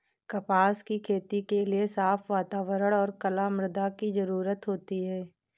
कपास की खेती के लिए साफ़ वातावरण और कला मृदा की जरुरत होती है